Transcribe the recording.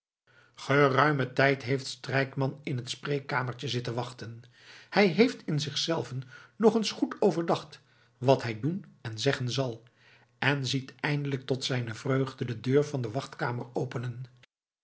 geruimen tijd heeft strijkman in het spreekkamertje zitten wachten hij heeft in zichzelven nog eens goed overdacht wat hij doen en zeggen zal en ziet eindelijk tot zijne vreugde de deur van de wachtkamer openen